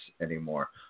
anymore